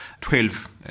Twelve